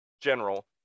general